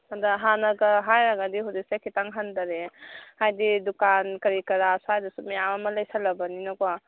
ꯑꯗ ꯍꯥꯟꯅꯒ ꯍꯥꯏꯔꯨꯔꯒꯗꯤ ꯍꯧꯖꯤꯛꯁꯦ ꯈꯤꯇꯪ ꯍꯟꯗꯔꯛꯑꯦ ꯍꯥꯏꯗꯤ ꯗꯨꯀꯥꯟ ꯀꯔꯤ ꯀꯔꯥ ꯁ꯭ꯋꯥꯏꯗꯁꯨ ꯃꯌꯥꯝ ꯑꯃ ꯂꯩꯁꯤꯜꯂꯕꯅꯤꯅꯀꯣ